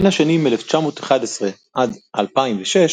בין השנים 1911 עד 2006,